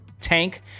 tank